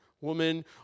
woman